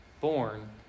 born